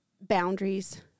boundaries